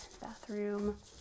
Bathroom